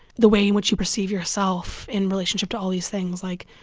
the way in which you perceive yourself in relationship to all these things like,